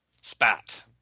spat